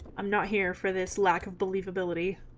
i'm not here for this lack of believability